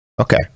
okay